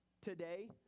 today